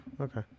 Okay